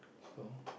so